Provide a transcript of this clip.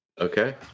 okay